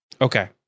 Okay